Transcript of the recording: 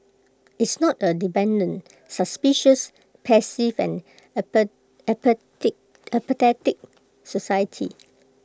it's not A dependent suspicious passive and apathetic society